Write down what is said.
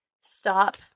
Stop